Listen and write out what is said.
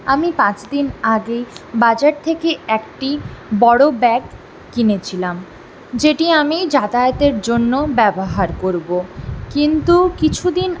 আমি পাঁচ দিন আগেই বাজার থেকে একটি বড় ব্যাগ কিনেছিলাম যেটি আমি যাতায়াতের জন্য ব্যবহার করব কিন্তু কিছুদিন